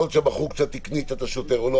להיות שהבחור קצת הקניט את השוטר או לא,